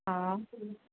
हा